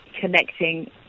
connecting